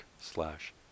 slash